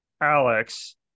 Alex